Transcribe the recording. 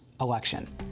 election